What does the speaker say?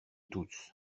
tous